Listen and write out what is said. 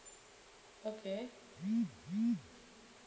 okay